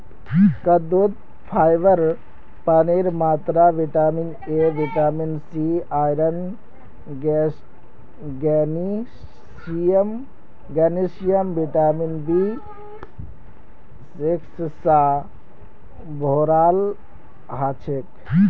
कद्दूत फाइबर पानीर मात्रा vitamin A vitamin C iron magnesium vitamin B six स भोराल हछेक